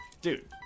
dude